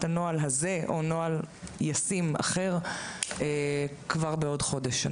הנוהל הזה או נוהל ישים אחר כבר בעוד חודש.